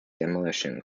demolition